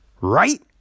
Right